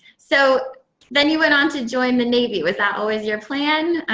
so then you went on to join the navy. was that always your plan?